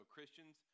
Christians